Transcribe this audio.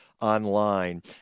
online